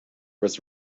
was